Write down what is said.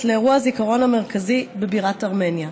לאירוע הזיכרון המרכזי בבירת ארמניה.